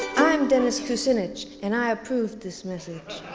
i'm dennis kucinich and i approved this message.